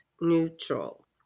neutral